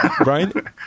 Brian